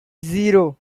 zero